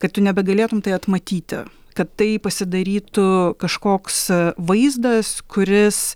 kad tu nebegalėtum tai atmatyti kad tai pasidarytų kažkoks vaizdas kuris